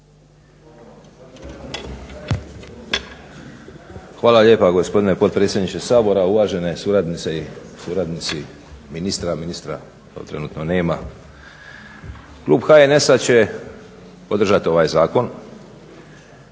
Hvala lijepa gospodine potpredsjedniče Sabora, uvažene suradnice i suradnici ministra, ministra kojeg trenutno nema. Klub HNS-a će podržati ovaj zakon